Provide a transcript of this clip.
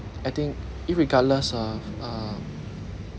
I think irregardless of uh